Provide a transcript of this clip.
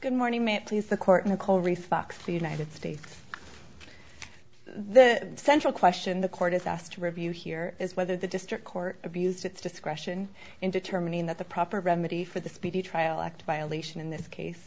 good morning may it please the court nicole reflux for united states the central question the court is asked to review here is whether the district court abused its discretion in determining that the proper remedy for the speedy trial act violation in this case